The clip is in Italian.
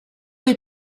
dei